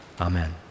amen